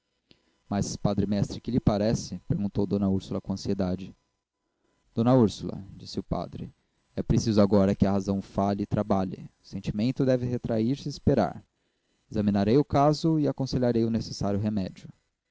esquecimento mas padre mestre que lhe parece perguntou d úrsula com ansiedade d úrsula disse o padre é preciso agora que a razão fale e trabalhe o sentimento deve retrair se e esperar examinarei o caso e aconselharei o necessário remédio